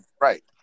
Right